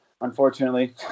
unfortunately